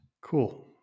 cool